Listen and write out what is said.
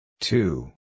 Two